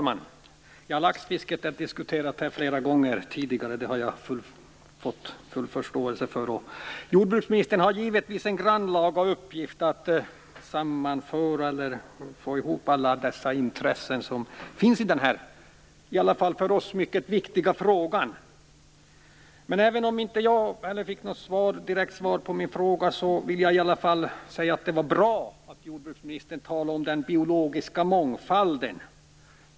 Fru talman! Laxfisket har diskuterats här flera gånger tidigare, och det har jag full förståelse för. Jordbruksministern har givetvis en grannlaga uppgift när det gäller att få ihop alla intressen i denna för oss mycket viktiga fråga. Inte heller jag fick något direkt svar på min fråga. Jag tycker ändå att det var bra att jordbruksministern talade om den biologiska mångfalden.